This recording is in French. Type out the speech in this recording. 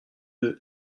deux